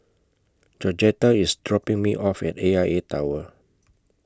Georgetta IS dropping Me off At A I A Tower